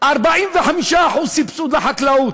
45% סבסוד לחקלאות.